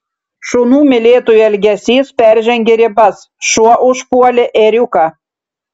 šunų mylėtojų elgesys peržengė ribas šuo užpuolė ėriuką